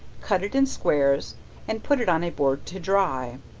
cut it in squares and put it on a board to dry.